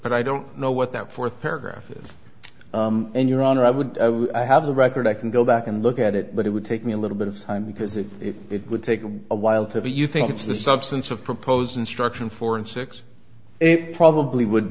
but i don't know what that fourth paragraph is and your honor i would have the record i can go back and look at it but it would take me a little bit of time because it would take a while to be you think it's the substance of proposed instruction four and six it probably would